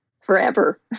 forever